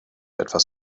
etwas